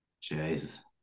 Jesus